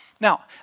Now